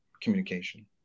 communication